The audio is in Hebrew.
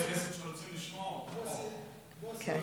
אדוני היושב-ראש,